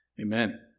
Amen